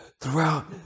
throughout